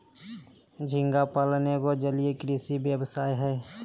झींगा पालन एगो जलीय कृषि व्यवसाय हय